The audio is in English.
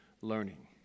learning